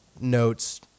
notes